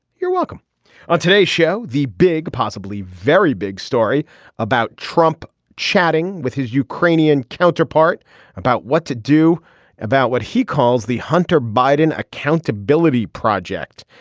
you're welcome on today's show the big possibly very big story about trump chatting with his ukrainian counterpart about what to do about what he calls the hunter biden accountability project.